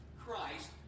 Christ